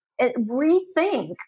rethink